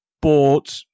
bought